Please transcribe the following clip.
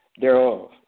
thereof